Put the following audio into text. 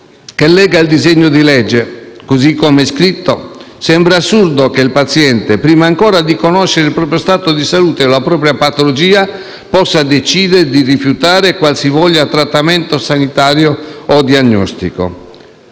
che legga il disegno di legge - così come è scritto - sembra assurdo che il paziente, prima ancora di conoscere il proprio stato di salute o la propria patologia, possa decidere di rifiutare qualsivoglia trattamento sanitario o diagnostico.